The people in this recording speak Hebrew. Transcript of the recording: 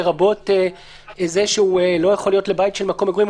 לרבות זה שהוא לא יכול להיות לבית של מקום מגורים,